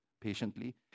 patiently